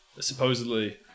supposedly